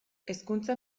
hezkuntza